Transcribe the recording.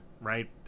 right